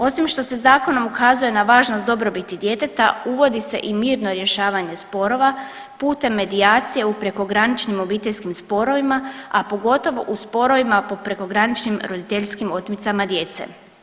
Osim što se zakonom ukazuje na važnost dobrobiti djeteta uvodi se i mirno rješavanje sporova putem medijacije u prekograničnim obiteljskim sporovima, a pogotovo u sporovima prekograničnim roditeljskim otmicama djece.